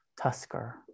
tusker